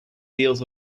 heels